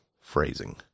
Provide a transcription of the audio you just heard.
phrasing